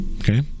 Okay